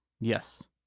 Yes